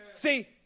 See